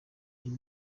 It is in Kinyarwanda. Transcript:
iyi